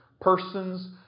persons